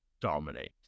dominate